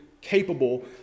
capable